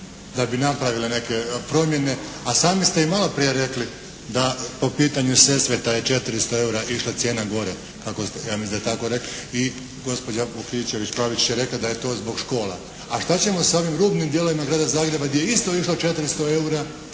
da bi napravila neke promjene, a sami ste i maloprije rekli da po pitanju Sesveta je 400 eura išla cijena gore, ja mislim da je tako rekla i gospođa Vukičević Pavičić je rekla da je to zbog škola. A šta ćemo sa ovim rubnim dijelovima Grada Zagreba gdje je isto išlo 400 eura,